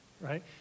right